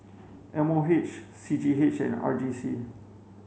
M O H C G H and R G C